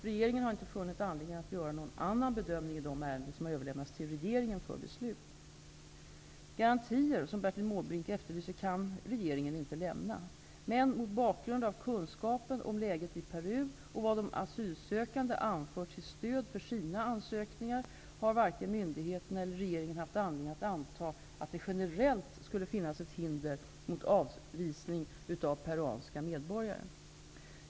Regeringen har inte funnit anledning att göra någon annan bedömning i de ärenden som överlämntas till regeringen för beslut. Garantier, som Bertil Måbrink efterlyser, kan regeringen inte lämna. Men mot bakgrund av kunskapen om läget i Peru och vad de asylsökande anfört till stöd för sina ansökningar har varken myndigheterna eller regeringen haft anledning att anta att det generellt skulle finnas hinder mot avvisning av peruanska medborgare.